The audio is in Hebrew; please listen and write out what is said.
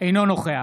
אינו נוכח